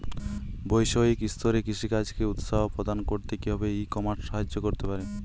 বৈষয়িক স্তরে কৃষিকাজকে উৎসাহ প্রদান করতে কিভাবে ই কমার্স সাহায্য করতে পারে?